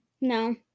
No